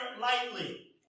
lightly